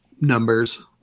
numbers